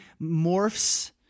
morphs